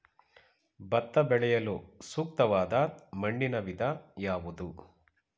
ಭತ್ತ ಬೆಳೆಯಲು ಸೂಕ್ತವಾದ ಮಣ್ಣಿನ ವಿಧ ಯಾವುದು?